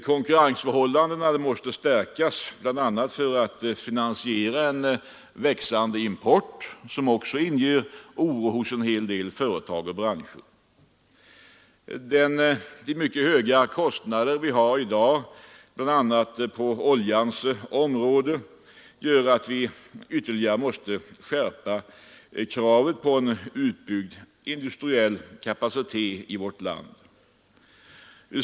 Konkurrensförmågan måste stärkas, bl.a. för att finansiera en växande import, som också inger oro hos en del företag och branscher. De mycket höga kostnader vi har i dag bl.a. på oljans område gör att vi ytterligare måste skärpa kravet på en utbyggd industriell kapacitet i vårt land.